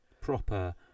proper